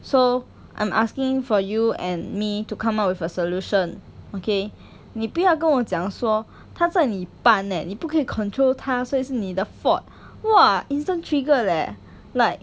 so I'm asking for you and me to come up with a solution okay 你不要跟我讲说他在你班 eh 你不可以 control 他所以是你的 fault !wah! instant trigger leh like